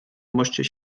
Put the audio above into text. moście